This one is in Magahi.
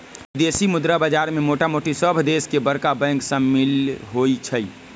विदेशी मुद्रा बाजार में मोटामोटी सभ देश के बरका बैंक सम्मिल होइ छइ